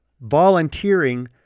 volunteering